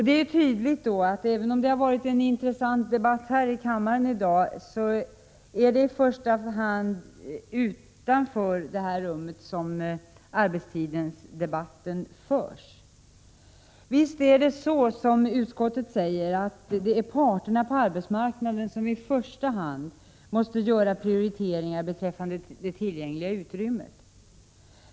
Det är tydligt, även om det har varit en intressant debatt här i kammaren i dag, att det i första hand är utanför den här salen som arbetstidsdebatten förs. Visst är det så, som utskottet säger, att det är parterna på arbetsmarknaden som i första hand måste göra prioriteringarna beträffande det tillgängliga utrymmet.